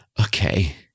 Okay